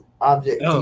object